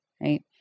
right